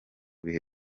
bihe